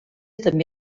també